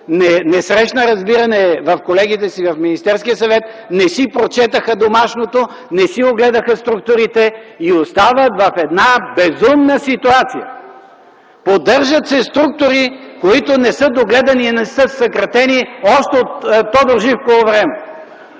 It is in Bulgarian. не срещна разбиране в колегите си в Министерския съвет, не си прочетоха домашното, не си огледаха структурите и остават в една безумна ситуация. Поддържат се структури, които не са догледани и не са съкратени още от Тодор Живково време.